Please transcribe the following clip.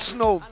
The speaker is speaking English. Snow